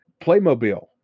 Playmobil